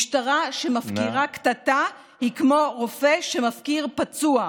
משטרה שמפקירה קטטה היא כמו רופא שמפקיר פצוע.